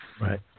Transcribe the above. Right